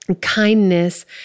kindness